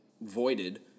voided